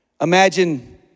Imagine